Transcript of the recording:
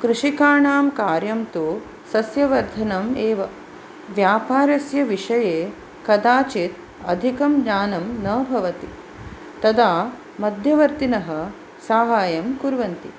कृषिकाणां कार्यं तु सस्यवर्धनम् एव व्यापारस्य विषये कदाचित् अधिकं ज्ञानं न भवति तदा मध्यवर्तिनः साहायं कुर्वन्ति